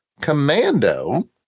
Commando